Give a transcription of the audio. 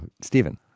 Stephen